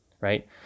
right